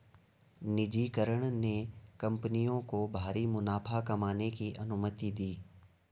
निजीकरण ने कंपनियों को भारी मुनाफा कमाने की अनुमति दी